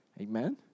Amen